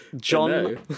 John